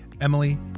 Emily